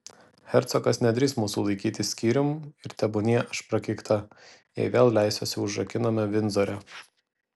hercogas nedrįs mūsų laikyti skyrium ir tebūnie aš prakeikta jei vėl leisiuosi užrakinama vindzore